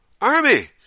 army